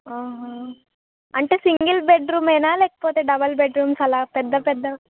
అంటే single bed రూమేనా లేకపోతే డబుల్ బెడ్ రూమ్స్ అలా పెద్ద పెద్ద